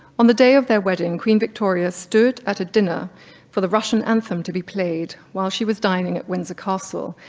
on the day of their wedding, queen victoria stood at a dinner for the russian anthem to be played while she was dining at windsor castle.